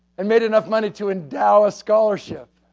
and made enough money to endow a scholarship